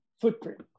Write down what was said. footprint